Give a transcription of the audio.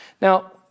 Now